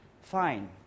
Fine